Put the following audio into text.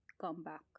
comeback